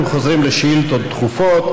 אנחנו חוזרים לשאילתות דחופות.